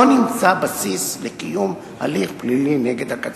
נמצא בסיס לקיום הליך פלילי נגד הקצין.